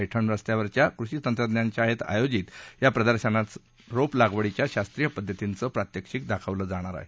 पैठण रस्त्यावरच्या कृषी तंत्रज्ञान शाळेत आयोजित या प्रदर्शनात रोप लागवडीच्या शास्त्रीय पद्धतींचं प्रात्यक्षिक दाखवलं जाणार आहे